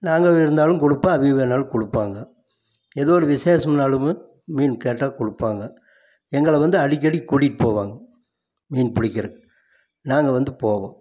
நாங்களும் இருந்தாலும் கொடுப்போம் அவக வேணாலும் கொடுப்பாங்க எதோ ஒரு விஷேஷமுனாலும் மீன் கேட்டா கொடுப்பாங்க எங்களை வந்து அடிக்கடி கூட்டிகிட்டு போவாங்க மீன் பிடிக்கிற நாங்கள் வந்து போவோம்